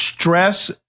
Stress